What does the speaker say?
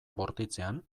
bortitzean